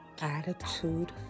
Attitude